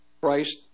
Christ